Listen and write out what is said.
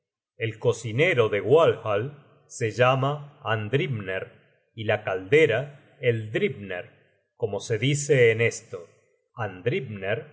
el cocinero de walhall se llama andhrimner y la caldera eldhrimner como se dice en esto